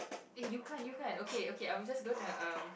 eh you can't you can't okay okay I'm just gonna um